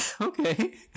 Okay